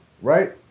right